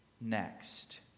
next